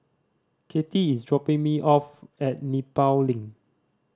Cathy is dropping me off at Nepal Link